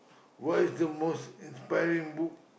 what is the most inspiring book